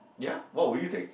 ya what would you take